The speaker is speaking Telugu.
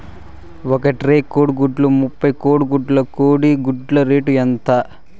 ఒక ట్రే కోడిగుడ్లు ముప్పై గుడ్లు కోడి గుడ్ల రేటు ఎంత?